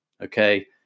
Okay